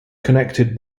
connected